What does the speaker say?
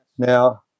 Now